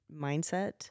mindset